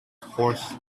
horse